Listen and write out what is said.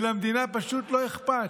ולמדינה פשוט לא אכפת,